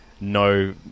no